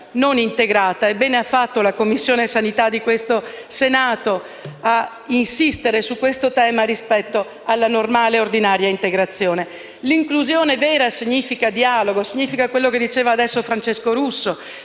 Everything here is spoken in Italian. ma inclusa. Bene ha fatto, dunque, la Commissione sanità del Senato a insistere su questo tema rispetto alla normale e ordinaria integrazione. L'inclusione vera significa dialogo, significa quello che diceva adesso il senatore Russo,